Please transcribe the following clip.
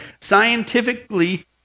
scientifically